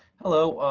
hello.